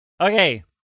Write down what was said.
Okay